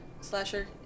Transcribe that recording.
slasher